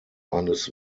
eines